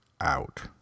out